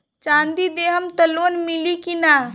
चाँदी देहम त लोन मिली की ना?